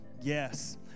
Yes